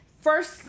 first